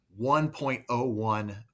1.01